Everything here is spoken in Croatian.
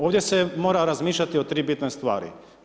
Ovdje se mora razmišljati o tri bitne stvari.